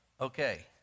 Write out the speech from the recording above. okay